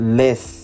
less